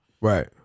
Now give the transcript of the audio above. Right